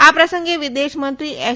આ પ્રસંગે વિદેશમંત્રી એસ